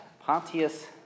Pontius